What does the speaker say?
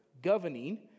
Governing